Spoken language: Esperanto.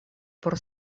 por